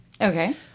Okay